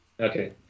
okay